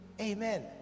amen